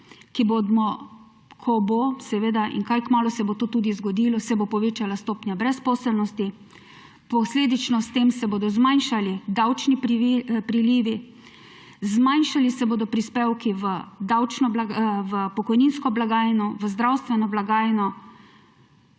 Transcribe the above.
ko se bo seveda, in kaj kmalu se bo to tudi zgodilo, povečala stopnja brezposelnosti, posledično s tem se bodo zmanjšali davčni prilivi, zmanjšali se bodo prispevki v pokojninsko blagajno, v zdravstveno blagajno,